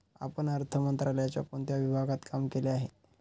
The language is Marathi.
आपण अर्थ मंत्रालयाच्या कोणत्या विभागात काम केले आहे?